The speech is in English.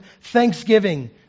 thanksgiving